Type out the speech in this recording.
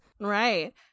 Right